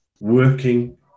working